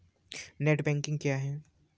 Net banking क्या है?